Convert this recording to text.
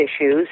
issues